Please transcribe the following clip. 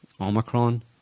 Omicron